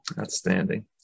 Outstanding